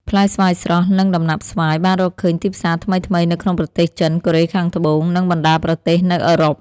ផ្លែស្វាយស្រស់ និងដំណាប់ស្វាយ បានរកឃើញទីផ្សារថ្មីៗនៅក្នុងប្រទេសចិន កូរ៉េខាងត្បូង និងបណ្ដាប្រទេសនៅអឺរ៉ុប។